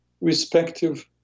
respective